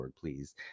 please